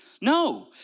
No